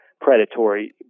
predatory